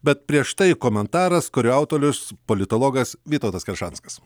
bet prieš tai komentaras kurio autorius politologas vytautas keršanskas